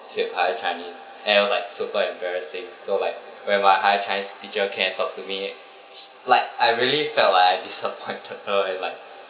failed higher chinese and I was like super embarrassing so like when my higher chinese teacher came and talk to me like I really felt like I disappointed her and like